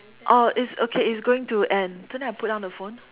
oh it's okay it's going to end so then I put down the phone